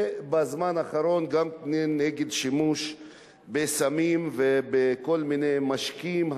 ובזמן האחרון גם נגד שימוש בסמים ובכל מיני משקאות,